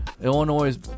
Illinois